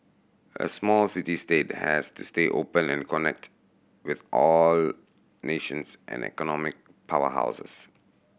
a small city state has to stay open and connect with all nations and economic powerhouses